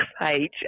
page